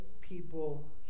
people